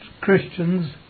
Christians